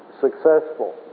successful